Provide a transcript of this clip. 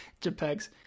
jpegs